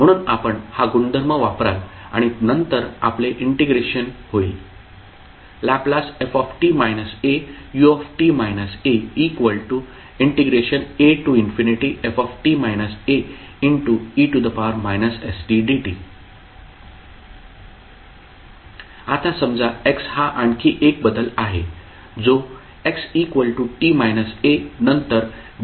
म्हणून आपण हा गुणधर्म वापराल आणि नंतर आपले इंटिग्रेशन होईल Lft auafe stdt आता समजा x हा आणखी एक बदल आहे जो x t a नंतर dx dt आणि t x a आहे